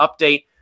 update